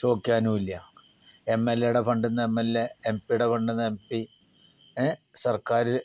ചോദിക്കാനും ഇല്ല M L എയുടെ ഫണ്ടിൽ നിന്ന് എം എൽ എ എം പിയുടെ ഫണ്ടിൽ നിന്ന് എം പി സർക്കാരില്